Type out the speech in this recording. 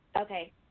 Okay